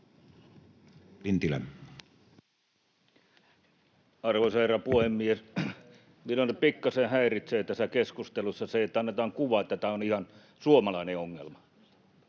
Arvoisa herra puhemies! Minua pikkasen häiritsee tässä keskustelussa se, että annetaan kuva, että tämä on ihan suomalainen ongelma.